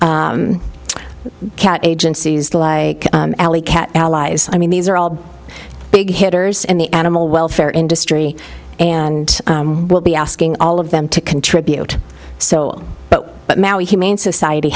agencies like alley cat allies i mean these are all big hitters in the animal welfare industry and we'll be asking all of them to contribute so but but now humane society